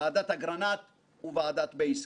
ועדת אגרנט וועדת בייסקי.